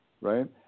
right